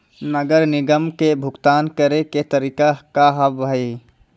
नगर निगम के भुगतान करे के तरीका का हाव हाई?